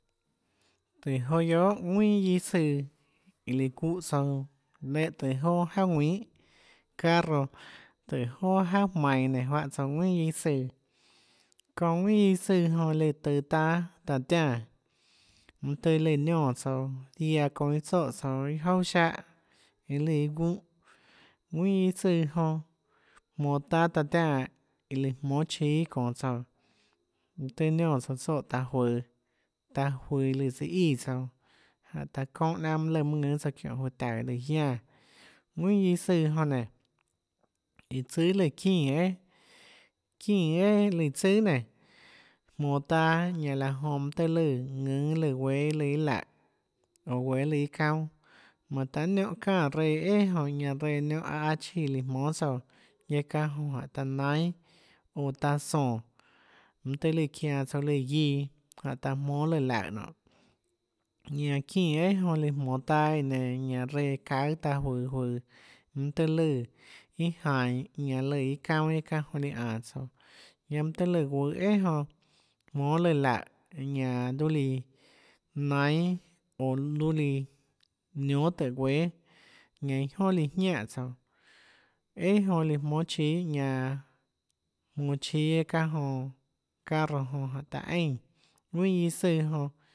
Tùhå joà guiohà ðuinà guiâ søã iã lùã çúhã tsouã léhã tùhå joà jauà ðuinhà carro tùhå joà jauà jmainå nénå juáhã tsouã ðuinà guiâ søã çounã ðuinà guiâ søã jonã tøå taâ taã tiánã mønâ tøâ lùã niónã tsouã ziaã çounã iâ tsoè tsouã iâ jouà siáhã iâ lùã iâ gúnhã ðuinà guià søã jonã jmonå taâ taã tiánã iã lùã jmónâ chíâ iâ çonå tsouã mønâ tøhê niónã tsouã tsoè taã juøå taã juøå lùã søã íã tsouã jánhå taã çoúnhã láhã mønâ lùã mønâ ðùnâ tsouã çiónhå juøå taùå lùã jiánã ðuinà guiâ søã jonã nénã iã tsùà lùã çínã eà çínã eà lùã tsùà nénå jmonå taâ ñanã laã jonã mønâ tøê lùã ðùnâ lùã guéâ iâ lùã iâ laùhå oå guéâ iâ lùã iâ çaunâ manã tahà niónhã çánã reã eà jonã ñanã reã niónhå aâ chíã iã jmónâ tsouã guiaâ çánhã jonã jánhå taã naínâ jonã taã sónå mønâ tøhê lùã çianå tsouã iã lùã guiã jánhå taã jmónâ lùã laùhå nonê ñanã çínã eà jonã lùã jmonå taâ iã nenã ñanã reã çaùâ taã juøå juøå mønâ tøhê lùã jainå ñanã lùã iâ lùã iâ çaunâ guiaâ çánhã jonã líã ánå tsouã ñanã mønâ tøhê lùã guøhå eà jonã jmónâ lùã laùhå ñanã luâ líã naínâ oå luâ líã niónâ tùhå guéâ ñanã iâ jonâ líã jianè tsouã eà jonã líã jmónâ chíâ ñanã jmonå chíâ çánhã jonã carro jonã jánhå taã eínã ðuinà guiâ søã jonã